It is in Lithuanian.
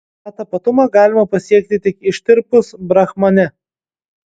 tą tapatumą galima pasiekti tik ištirpus brahmane